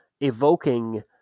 evoking